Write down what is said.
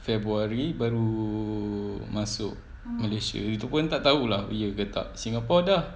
february baru masuk malaysia kita pun tak tahu ya ke tak singapore dah